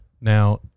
now